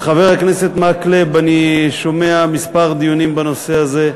את חבר הכנסת מקלב אני שומע כמה דיונים בנושא הזה.